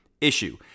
issue